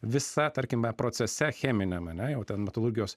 visa tarkime procese cheminiam ane jau ten metalurgijos